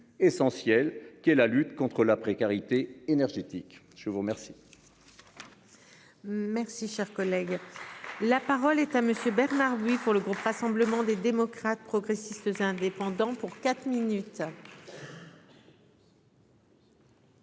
essentielle qu'est la lutte contre la précarité énergétique. Je vous remercie.